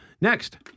next